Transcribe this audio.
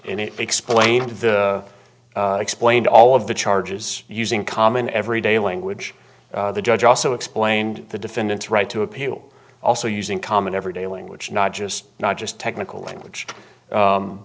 and explained the explain all of the charges using common everyday language the judge also explained the defendant's right to appeal also using common everyday language not just not just technical language